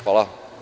Hvala.